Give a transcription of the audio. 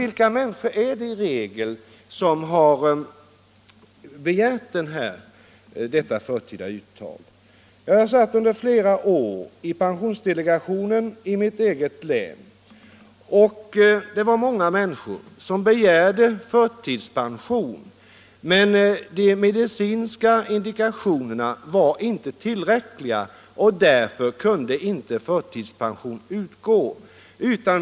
Vilka människor är det i regel som har begärt förtida uttag? Jag satt under flera år i pensionsdelegationen i mitt hemlän och fann att många människor begärde förtidspension men att de medicinska indikationerna inte var tillräckliga varför någon förtidspension inte kunde utgå.